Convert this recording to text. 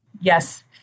Yes